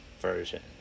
version